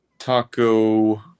Taco